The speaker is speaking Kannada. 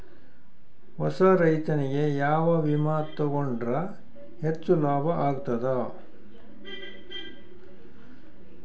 ಹೊಸಾ ರೈತನಿಗೆ ಯಾವ ವಿಮಾ ತೊಗೊಂಡರ ಹೆಚ್ಚು ಲಾಭ ಆಗತದ?